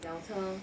轿车